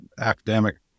academic